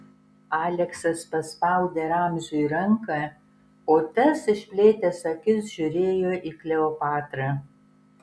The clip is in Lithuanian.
aleksas paspaudė ramziui ranką o tas išplėtęs akis žiūrėjo į kleopatrą